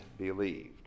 believed